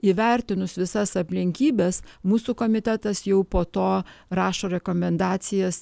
įvertinus visas aplinkybes mūsų komitetas jau po to rašo rekomendacijas